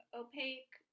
opaque